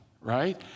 right